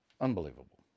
unbelievable